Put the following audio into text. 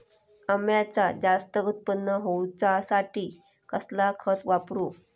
अम्याचा जास्त उत्पन्न होवचासाठी कसला खत वापरू?